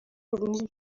rupfu